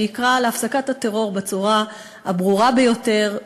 ויקרא להפסקת הטרור בצורה הברורה ביותר,